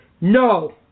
No